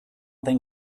thing